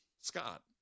Scott